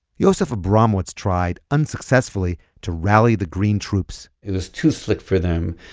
yosef abramowitz tried, unsuccessfully, to rally the green troops it was too slick for them.